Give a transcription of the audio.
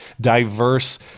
diverse